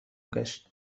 گشت